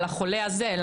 לחולה הזה,